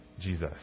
Jesus